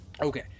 Okay